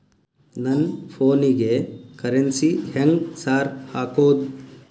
ನನ್ ಫೋನಿಗೆ ಕರೆನ್ಸಿ ಹೆಂಗ್ ಸಾರ್ ಹಾಕೋದ್?